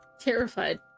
Terrified